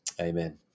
amen